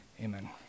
Amen